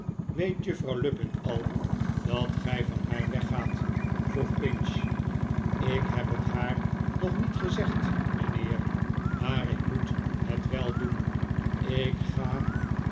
weet juffrouw lupin al dat gij van haar weggaat vroeg pinch ik heb het haar nog niet gezegd mijnheer maar ik moet het wel doen ik ga